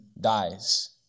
dies